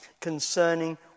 concerning